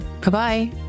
Bye-bye